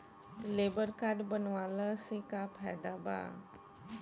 Labour card बनवाला से का फायदा बा?